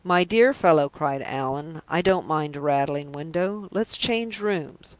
my dear fellow! cried allan, i don't mind a rattling window. let's change rooms.